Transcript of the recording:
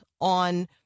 on